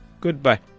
Goodbye